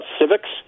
civics